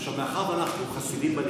עכשיו, מאחר שאנחנו בליכוד חסידים של